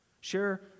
Share